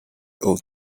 old